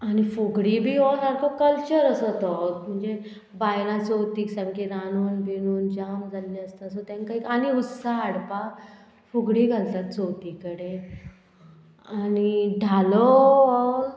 आनी फुगडी बी हो सारको कल्चर असो तो म्हणजे बायलां चवथीक सामकी रांदून बिनून जाम जाल्लें आसता सो तेंकां एक आनी उत्साह हाडपाक फुगडी घालतात चवथी कडेन आनी धालो हो